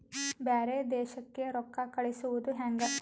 ಬ್ಯಾರೆ ದೇಶಕ್ಕೆ ರೊಕ್ಕ ಕಳಿಸುವುದು ಹ್ಯಾಂಗ?